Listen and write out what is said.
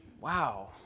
Wow